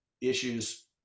issues